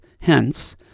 Hence